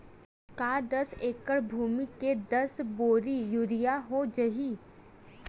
का दस एकड़ भुमि में दस बोरी यूरिया हो जाही?